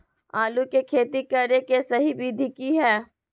आलू के खेती करें के सही विधि की हय?